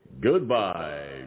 goodbye